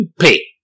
Pay